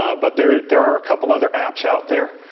ah but there there are a couple other apps out there.